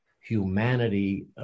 humanity